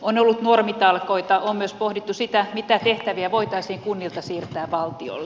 on ollut normitalkoita on myös pohdittu mitä tehtäviä voitaisiin kunnilta siirtää valtiolle